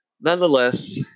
nonetheless